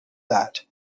that